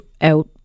out